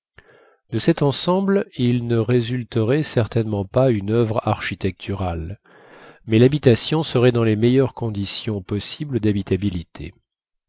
de cet ensemble il ne résulterait certainement pas une oeuvre architecturale mais l'habitation serait dans les meilleures conditions possibles d'habitabilité